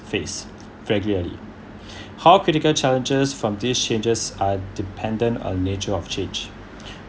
face regularly how critical challenges from these changes are dependent on nature of change